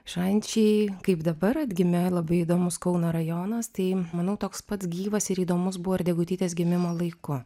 šančiai kaip dabar atgimė labai įdomus kauno rajonas tai manau toks pats gyvas ir įdomus buvo ir degutytės gimimo laiku